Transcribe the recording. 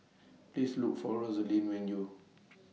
Please Look For Rosalie when YOU